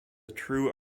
true